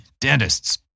dentists